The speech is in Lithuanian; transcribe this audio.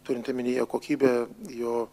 turint omenyje kokybę jo